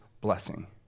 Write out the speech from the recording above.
blessing